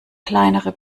kleinere